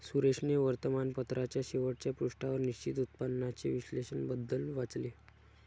सुरेशने वर्तमानपत्राच्या शेवटच्या पृष्ठावर निश्चित उत्पन्नाचे विश्लेषण बद्दल वाचले